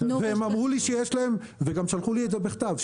הם ענו לי ושלחו לי גם בכתב,